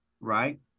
Right